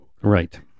Right